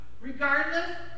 Regardless